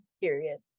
period